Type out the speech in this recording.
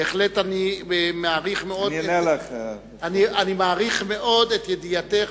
בהחלט אני מעריך מאוד את ידיעתך,